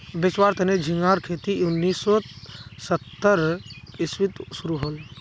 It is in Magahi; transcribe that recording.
बेचुवार तने झिंगार खेती उन्नीस सौ सत्तर इसवीत शुरू हले